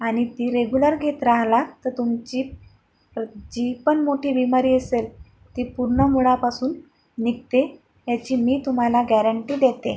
आणि ती रेगुलर घेत राहिला तर तुमची जीपण मोठी बिमारी असेल ती पूर्ण मुळापासून निघते याची मी तुम्हाला गॅरंटी देते